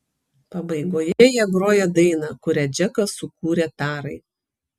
pabaigoje jie groja dainą kurią džekas sukūrė tarai